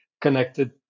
connected